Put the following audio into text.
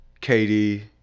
Katie